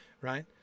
right